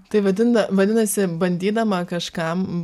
tai vadina vadinasi bandydama kažkam